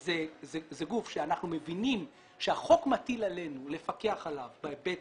זה גוף שאנחנו מבינים שהחוק מטיל עלינו לפקח עליו בהיבט